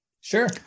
Sure